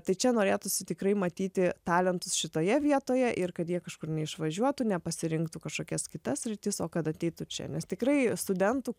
tai čia norėtųsi tikrai matyti talentus šitoje vietoje ir kad jie kažkur neišvažiuotų nepasirinktų kažkokias kitas sritis o kad ateitų čia nes tikrai studentų